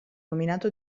nominato